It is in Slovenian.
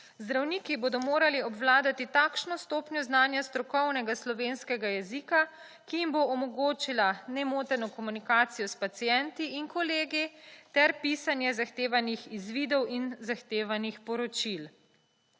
Zdravniki bodo morali obvladati takšno stopnjo znanja strokovnega slovenskega jezika, ki jim bo omogočila nemoteno komunikacijo s pacienti in kolegi ter pisanje zahtevanih izvidov in zahtevanih poročil.